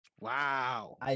Wow